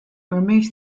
removes